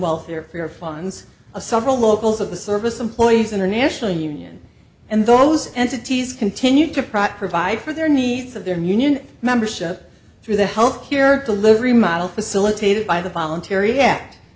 welfare for funds of several locals of the service employees international union and those entities continue to pratt provide for their needs of their muni and membership through the health care delivery model facilitated by the voluntary ac